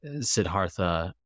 Siddhartha